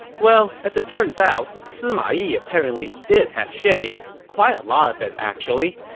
well, as it turns out, sima yi apparently did have shame, quite a lot of it actually,